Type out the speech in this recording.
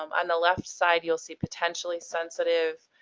um on the left side you'll see potentially sensitive,